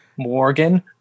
Morgan